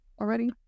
already